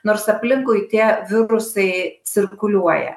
nors aplinkui tie virusai cirkuliuoja